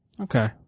Okay